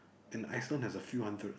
and Iceland have a few hundred